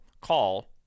call